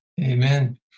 Amen